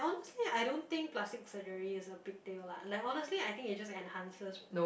honestly I don't think plastic surgery is a big deal lah like honestly I think it just enhances